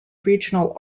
regional